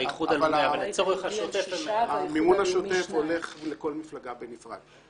אבל המימון השוטף הולך לכל מפלגה בנפרד.